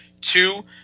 Two